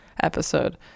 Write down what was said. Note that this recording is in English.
episode